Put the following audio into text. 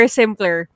simpler